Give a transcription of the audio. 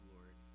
Lord